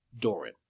Doran